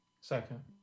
Second